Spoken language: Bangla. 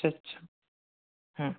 আচ্ছা হুম